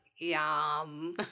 Yum